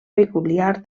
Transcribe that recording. peculiar